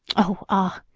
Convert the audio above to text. oh, ah!